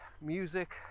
music